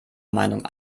meinung